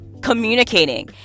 communicating